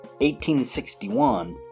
1861